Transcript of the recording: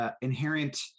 inherent